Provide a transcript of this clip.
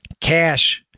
Cash